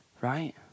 Right